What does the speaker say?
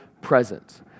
presence